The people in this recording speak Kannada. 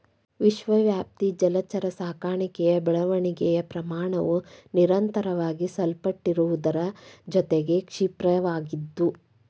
ವಿಶ್ವವ್ಯಾಪಿ ಜಲಚರ ಸಾಕಣೆಯ ಬೆಳವಣಿಗೆಯ ಪ್ರಮಾಣವು ನಿರಂತರವಾಗಿ ಸಲ್ಪಟ್ಟಿರುವುದರ ಜೊತೆಗೆ ಕ್ಷಿಪ್ರವಾಗಿದ್ದು